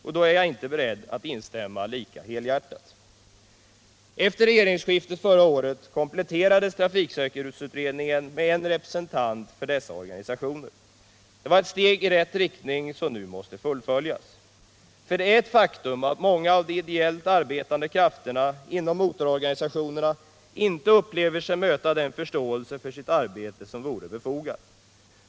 Och då är jag inte beredd att instämma lika helhjärtat. Efter regeringsskiftet förra året kompletterades trafiksäkerhetsutredningen med en representant för dessa organisationer. Det var ett steg i rätt riktning, som nu måste fullföljas. För det är ett faktum att många av de ideellt arbetande krafterna inom motororganisationerna inte upplever sig möta den förståelse för sitt arbete som vore befogad.